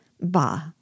bah